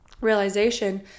realization